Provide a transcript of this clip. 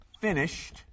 finished